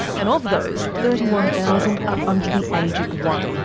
and of those, thirty one thousand are under the age of one.